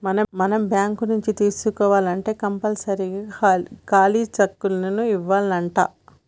మనం బాంకు నుంచి తీసుకోవాల్నంటే కంపల్సరీగా ఖాలీ సెక్కును ఇవ్యానంటా